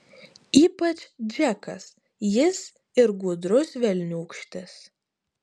ypač džekas jis ir gudrus velniūkštis